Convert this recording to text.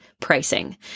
pricing